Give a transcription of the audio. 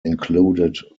included